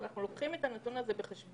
אנחנו לוקחים את הנתון הזה בחשבון.